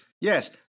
yes